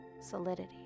solidity